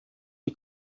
die